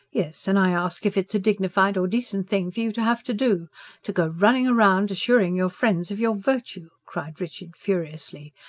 yes, and i ask if it's a dignified or decent thing for you to have to do to go running round assuring your friends of your virtue! cried richard furiously.